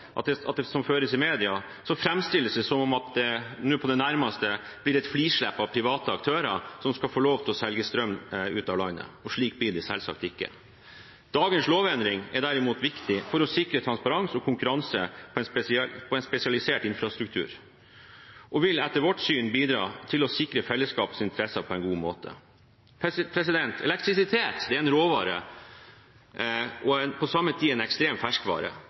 som føres i media, framstilles det som om det nå nærmest blir et frislipp av private aktører som skal få lov til å selge strøm ut av landet – slik blir det selvsagt ikke. Dagens lovendring er derimot viktig for å sikre transparens og konkurranse om en spesialisert infrastruktur og vil etter vårt syn bidra til å sikre fellesskapets interesser på en god måte. Elektrisitet er en råvare og på samme tid en ekstrem ferskvare.